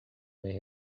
may